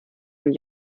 von